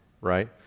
right